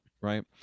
right